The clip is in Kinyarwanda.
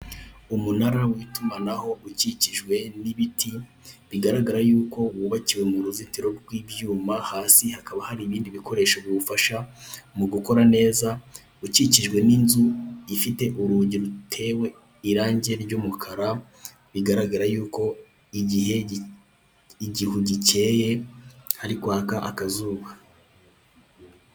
Umunara w'itumanaho ukikikijwe n'ibiti bigaragara yuko wubakiwe mu ruzitiro rw'ibyuma, hasi hakaba hari ibindi bikoresho biwufasha mu gukora neza, ukikijwe n'inzu ifite urugi rutewe irangi ry'umukara bigaragara yuko igihe igihu gikeye hari kwaka akazuba.